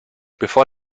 bevor